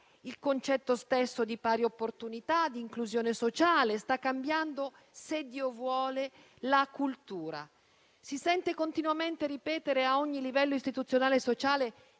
il concetto stesso di pari opportunità e di inclusione sociale; sta cambiando, se Dio vuole, la cultura. Si sente continuamente ripetere a ogni livello istituzionale e sociale